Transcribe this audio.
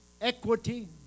equity